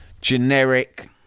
Generic